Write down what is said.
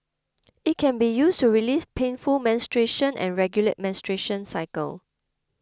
it can be used to release painful menstruation and regulate menstruation cycle